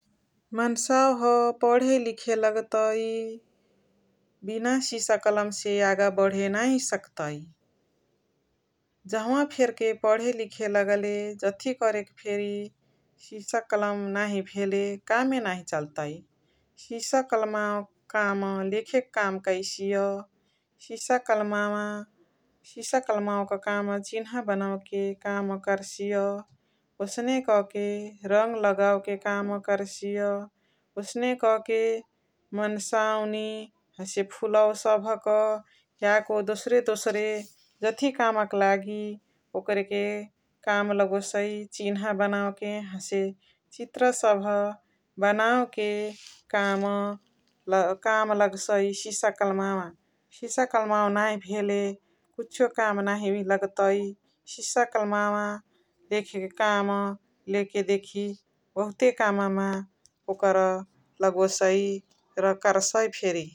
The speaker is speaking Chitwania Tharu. मन्सावाह पाढे लिखे लग्तै बिना सिसा कलम्से यागा बढे नाही सक्तइ । जहाँवा फेर्के पाढे लिखे लगाले जथी कर के फेरी सिसा कलम नाही भेले फेरी कामे नाही चल्तइ । सिसा कल्मावाक काम लेख के काम कइसिय । सिसा कल्मावा सिसा कल्मावाक काम चिन्हा बनाउ के काम करसिय । ओसने क के रङ लगाउके काम करसिय । ओसने क के मन्सावानी हसे फुलवा सभका याको दोसरे दोसरे जथी काम क लागि ओकरे के काम लगोसइ चिन्ह बनाउ के हसे चितत्र सभ बनाउ के काम काम लग्सइ सिसा कल्मावा । सिसा कल्मावा नाही भेले किचो काम नाही लतइ । सिसा कल्मावा देखे के काम लेके देखी बहुते काम मा ओकर लगोसइ र कर्सइ फेरी ।